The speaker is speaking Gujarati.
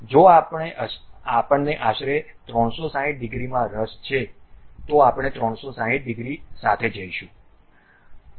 જો આપણને આશરે 360 ડિગ્રીમાં રસ છે તો આપણે 360 ડિગ્રી સાથે જઈશું